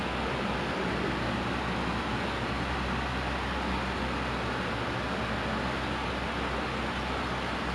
the whole month straight or something really seh we really have to macam kita kena macam hold dia back untuk